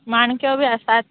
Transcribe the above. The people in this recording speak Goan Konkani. माणक्यो बी आसात